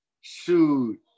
shoot